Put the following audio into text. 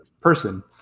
person